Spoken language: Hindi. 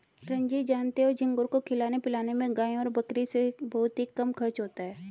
रंजीत जानते हो झींगुर को खिलाने पिलाने में गाय और बकरी से बहुत ही कम खर्च होता है